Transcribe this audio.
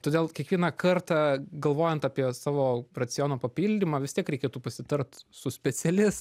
todėl kiekvieną kartą galvojant apie savo raciono papildymą vis tiek reikėtų pasitart su specialis